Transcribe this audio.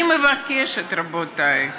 אני מבקשת, רבותי,